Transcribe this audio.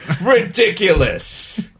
Ridiculous